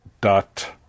dot